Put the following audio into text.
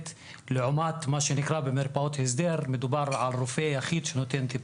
לעומת מרפאות הסדר שמדובר על רופא יחיד שנותן טיפול.